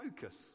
focus